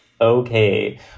okay